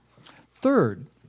Third